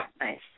nice